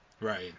Right